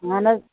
اہن حظ